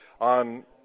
on